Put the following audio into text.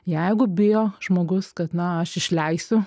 jeigu bijo žmogus kad na aš išleisiu